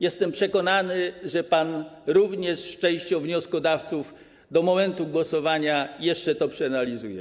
Jestem przekonany, że pan również z częścią wnioskodawców do momentu głosowania jeszcze to przeanalizuje.